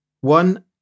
one